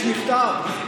יש מכתב?